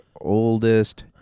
Oldest